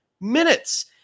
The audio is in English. minutes